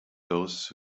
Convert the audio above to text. those